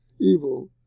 evil